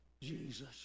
Jesus